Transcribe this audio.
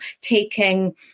taking